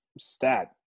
stat